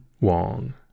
Wong